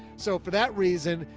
so for that reason,